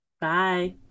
Bye